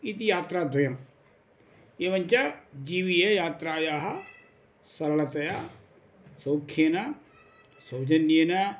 इति यात्रा द्वयम् एवञ्च जीवीययात्रायाः सरळतया सौख्येन सौजन्येन